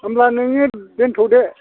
होनब्ला नोङो दोन्थ'दो